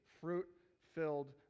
fruit-filled